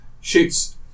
shoots